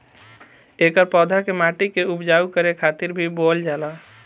एकर पौधा के माटी के उपजाऊ करे खातिर भी बोअल जाला